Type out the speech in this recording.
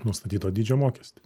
nustatyto dydžio mokestį